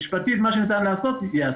משפטית מה שניתן להיעשות ייעשה.